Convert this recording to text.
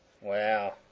Wow